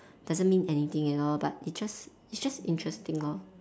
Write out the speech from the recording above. doesn't mean anything at all but it's just it's just interesting